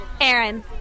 Aaron